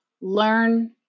learn